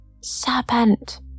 Serpent